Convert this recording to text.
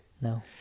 No